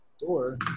door